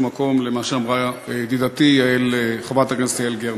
מקום למה שאמרה ידידתי חברת הכנסת יעל גרמן,